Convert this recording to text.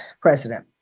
president